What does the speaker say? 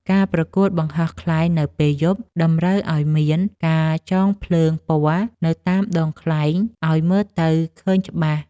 ការប្រកួតបង្ហោះខ្លែងនៅពេលយប់ តម្រូវឱ្យមានការចងភ្លើងពណ៌នៅតាមដងខ្លែងឱ្យមើលទៅឃើញច្បាស់។